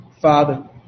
Father